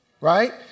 right